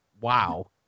wow